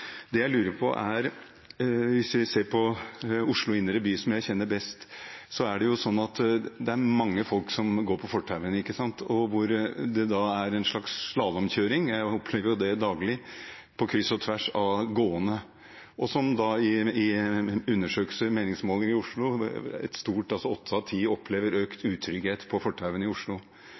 som jeg kjenner best: Der er det jo mange som går på fortauene, og det er en slags slalåmkjøring – jeg opplever det daglig – på kryss og tvers av gående. I undersøkelser og meningsmålinger i Oslo sier åtte av ti at de opplever økt utrygghet på fortau i Oslo,